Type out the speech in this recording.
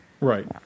right